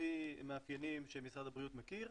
לפי מאפיינים שמשרד הבריאות מכיר,